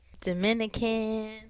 Dominican